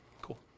Cool